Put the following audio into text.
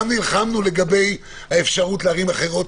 גם נלחמנו לגבי האפשרות בערים אחרות,